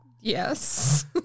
Yes